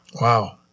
Wow